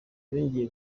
yongeye